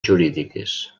jurídiques